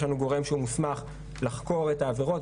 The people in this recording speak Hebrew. יש לנו גורם שהוא מוסמך לחקור את העבירות,